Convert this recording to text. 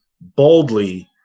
boldly